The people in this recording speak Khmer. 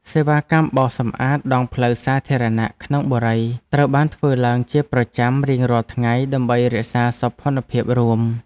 សេវាកម្មបោសសម្អាតដងផ្លូវសាធារណៈក្នុងបុរីត្រូវបានធ្វើឡើងជាប្រចាំរៀងរាល់ថ្ងៃដើម្បីរក្សាសោភ័ណភាពរួម។